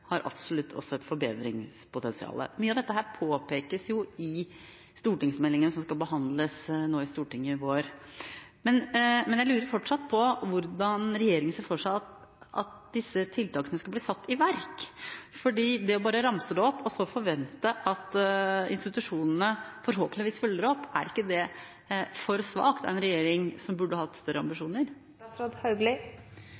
har absolutt også et forbedringspotensial. Mye av dette påpekes stortingsmeldingen, som skal behandles i Stortinget nå i vår. Men jeg lurer fortsatt på hvordan regjeringen ser for seg at disse tiltakene skal bli satt i verk. Bare å ramse dem opp og så forvente at institusjonene forhåpentligvis følger opp – er ikke det for svakt av en regjering som burde hatt større